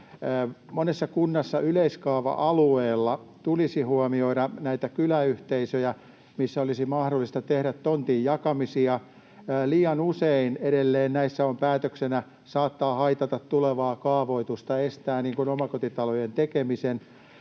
Monessa kunnassa yleiskaava-alueella tulisi huomioida näitä kyläyhteisöjä, missä olisi mahdollista tehdä tontin jakamisia. Liian usein edelleen näissä on päätöksenä, että saattaa haitata tulevaa kaavoitusta, mikä niin kuin estää omakotitalojen tekemisen.